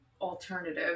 alternative